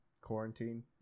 quarantine